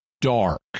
dark